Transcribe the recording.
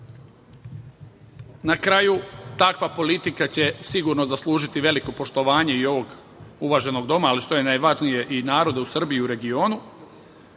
kraju, takva politika će sigurno zaslužiti veliko poštovanje i ovog uvaženog doma, ali što je najvažnije, i naroda u Srbiji i regionu. Ja